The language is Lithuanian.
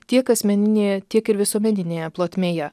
tiek asmeninėje tiek ir visuomeninėje plotmėje